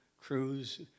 crews